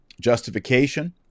justification